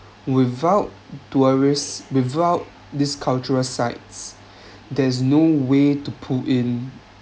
without tourists without these cultural sites there's no way to pull in